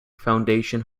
foundation